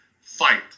fight